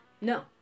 No